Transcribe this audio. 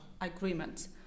agreements